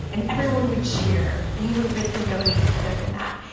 and everyone would cheer, and he wouldn't really go any further than that.